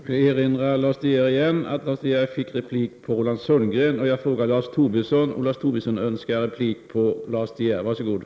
Jag vill återigen erinra Lars De Geer om att hans replikrätt gällde Roland Sundgrens anförande.